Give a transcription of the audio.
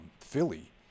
philly